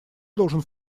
должен